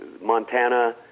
Montana